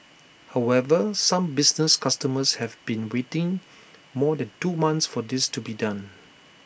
however some business customers have been waiting more than two months for this to be done